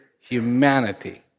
humanity